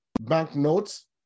banknotes